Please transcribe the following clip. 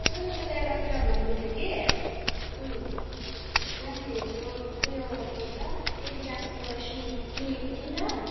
सुन् न तँलाई एउटा कुरा भन्नु थियो कि अँ मैले हिजो उयो के भन्छ एडिडासको सु किनेको थिएँ नि त